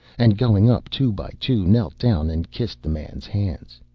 and going up two by two, knelt down, and kissed the man's hands.